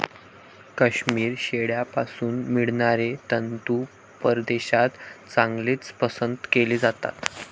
काश्मिरी शेळ्यांपासून मिळणारे तंतू परदेशात चांगलेच पसंत केले जातात